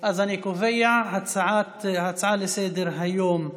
אני קובע שההצעה לסדר-היום: